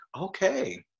okay